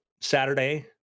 Saturday